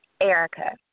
Erica